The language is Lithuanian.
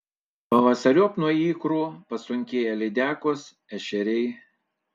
pavasariop nuo ikrų pasunkėja lydekos ešeriai